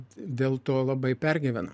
dėl to labai pergyvenam